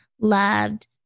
loved